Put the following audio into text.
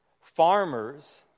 Farmers